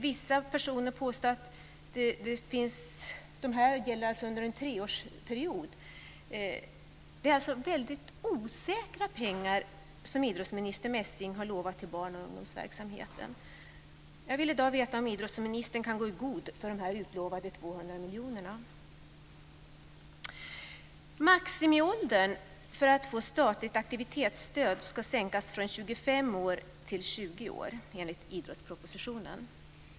Vissa personer påstår att detta gäller under en treårsperiod. Det är alltså väldigt osäkra pengar som idrottsminister Messing har lovat barn och ungdomsverksamheten. Jag vill i dag veta om idrottsministern kan gå i god för de utlovade 200 miljonerna. Maximiåldern för att få statligt aktivitetsstöd ska sänkas från 25 år till 20 år, enligt idrottspropositionen.